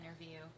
interview